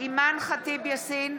אימאן ח'טיב יאסין,